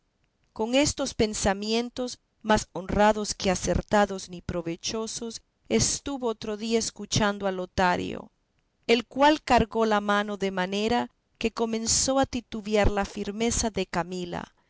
con estos pensamientos más honrados que acertados ni provechosos estuvo otro día escuchando a lotario el cual cargó la mano de manera que comenzó a titubear la firmeza de camila